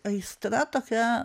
aistra tokia